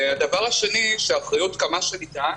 הדבר השני, האחריות, עד כמה שניתן,